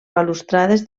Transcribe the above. balustrades